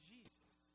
Jesus